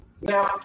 Now